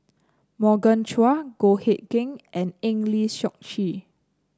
Morgan Chua Goh Hood Keng and Eng Lee Seok Chee